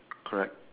correct